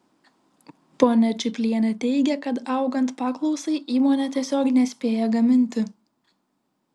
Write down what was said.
ponia čiplienė teigia kad augant paklausai įmonė tiesiog nespėja gaminti